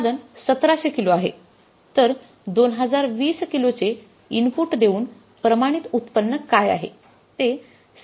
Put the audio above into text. उत्पादन १७०० किलो आहे तर २०२० किलोचे इनपुट देऊन प्रमाणित उत्पन्न काय आहे